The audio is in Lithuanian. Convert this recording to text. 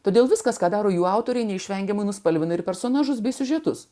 todėl viskas ką daro jų autoriai neišvengiamai nuspalvina ir personažus bei siužetus